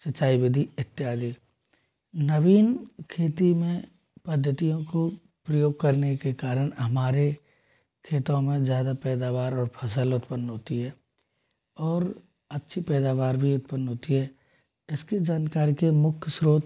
सिंचाई विधि इत्यादि नवीन खेती में पद्धतियों को प्रयोग करने के कारण हमारे खेतों में ज़्यादा पैदावार और फसल उत्पन्न होती है और अच्छी पैदावार भी उत्पन्न होती है इसकी जानकारी के मुख्य स्रोत